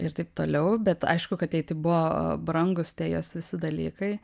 ir taip toliau bet aišku kad jai tai buvo brangūs tie jos visi dalykai